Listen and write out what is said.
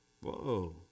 Whoa